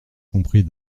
compris